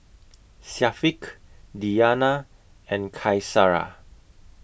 Syafiq Diyana and Qaisara